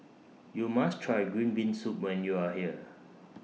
YOU must Try Green Bean Soup when YOU Are here